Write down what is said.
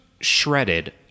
shredded